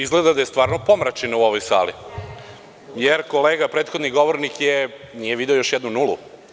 Izgleda da je stvarno pomračina u ovoj sali, jer, kolega prethodni govornik je, nije video još jednu nulu.